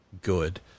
good